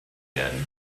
werden